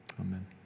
Amen